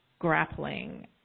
grappling